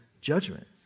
judgment